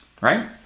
right